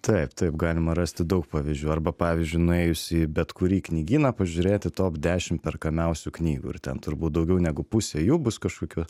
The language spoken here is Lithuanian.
taip taip galima rasti daug pavyzdžių arba pavyzdžiui nuėjus į bet kurį knygyną pažiūrėti top dešim perkamiausių knygų ir ten turbūt daugiau negu pusė jų bus kažkokių